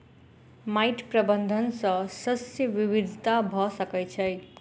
माइट प्रबंधन सॅ शस्य विविधता भ सकै छै